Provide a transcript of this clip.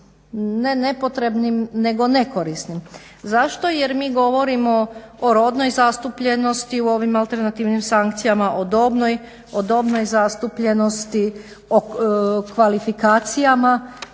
nepotrebnim nego nekorisnim. Zašto, jer mi govorimo o rodnoj zastupljenosti u ovim alternativnim sankcijama, o dobroj zastupljenosti, o kvalifikacijama,